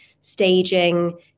staging